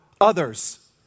others